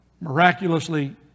miraculously